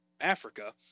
africa